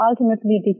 ultimately